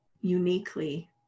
uniquely